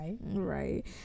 Right